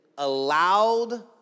allowed